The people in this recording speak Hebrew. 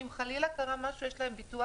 שאם חלילה קרה משהו יש להם ביטוח.